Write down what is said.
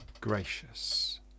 gracious